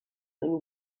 than